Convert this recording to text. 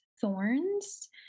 thorns